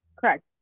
Correct